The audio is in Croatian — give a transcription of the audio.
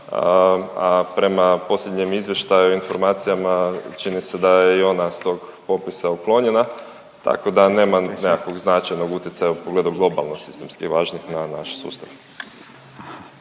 a prema posljednjem izvještaju, informacijama čini se da je i ona s tog popisa uklonjena, tako da nema nekakvog značajnog utjecaja u pogledu globalno sistemski važnih na naš sustav.